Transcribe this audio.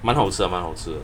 蛮好吃的好吃的